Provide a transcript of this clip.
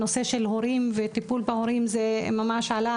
הנושא של הורים וטיפול בהורים זה ממש עלה